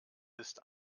ist